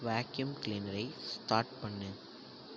vacuum கிளீனரை start பண்ணு